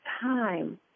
time